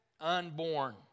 unborn